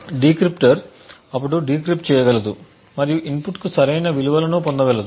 decrypter అప్పుడు decrypt చేయగలదు మరియు ఇన్పుట్కు సరైన విలువలను పొందగలదు